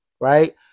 right